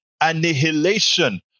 annihilation